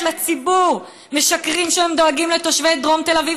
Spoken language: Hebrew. לציבור: משקרים שהם דואגים לתושבי דרום תל אביב,